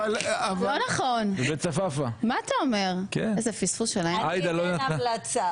תשקלו, איך שאתם רוצים